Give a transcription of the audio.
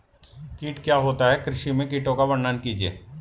कीट क्या होता है कृषि में कीटों का वर्णन कीजिए?